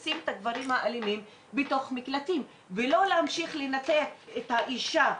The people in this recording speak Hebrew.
ולשים את הגברים האלימים בתוך מקלטים ולא להמשיך לנתק את האישה.